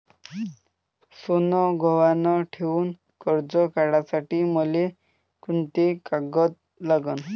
सोनं गहान ठेऊन कर्ज काढासाठी मले कोंते कागद लागन?